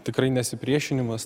tikrai nesipriešinimas